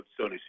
Sony